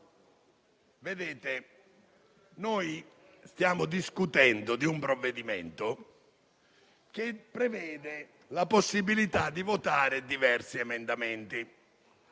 Matteoli. Stiamo discutendo di un provvedimento che prevede la possibilità di votare diversi emendamenti.